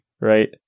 right